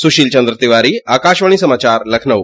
सुशील चंद्र तिवारी आकाशवाणी समाचार लखनऊ